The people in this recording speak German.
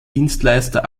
dienstleister